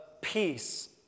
peace